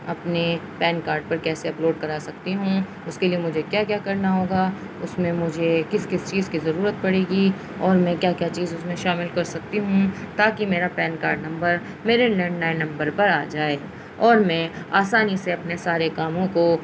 اپنے PAN card پر کیسے اپلوڈ کرا سکتی ہوں اس کے لیے مجھے کیا کیا کرنا ہوگا اس میں مجھے کس کس چیز کی ضرورت پڑے گی اور میں کیا کیا چیز اس میں شامل کر سکتی ہوں تاکہ میرا پین کارڈ نمبر میرے لینڈلائن نمبر پر آ جائے اور میں آسانی سے اپنے سارے کاموں کو